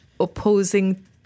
opposing